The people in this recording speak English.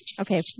Okay